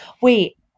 Wait